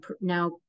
now